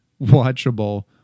watchable